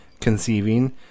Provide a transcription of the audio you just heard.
conceiving